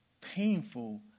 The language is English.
painful